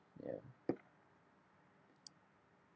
ya